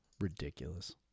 Ridiculous